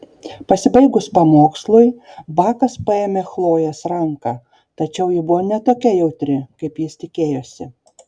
pasibaigus pamokslui bakas paėmė chlojės ranką tačiau ji buvo ne tokia jautri kaip jis tikėjosi